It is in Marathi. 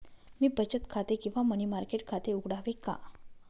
मी बचत खाते किंवा मनी मार्केट खाते उघडावे का?